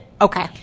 okay